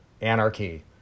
anarchy